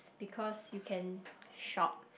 because you can shop